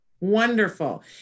wonderful